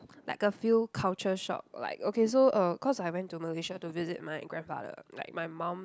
like a few culture shock like okay so uh cause I went to Malaysia to visit my grandfather like my mum